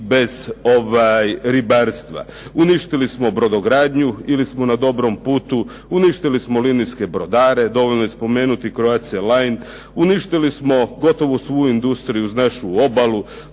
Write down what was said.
bez ribarstva. Uništili smo brodogradnju, ili smo na dobrom putu, uništili smo linijske brodare. Dovoljno je spomenuti "Croatia line". Uništili smo gotovo svu industriju uz našu obalu.